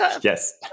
Yes